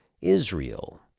Israel